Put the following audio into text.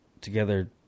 together